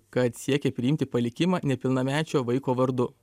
kad siekia priimti palikimą nepilnamečio vaiko vardu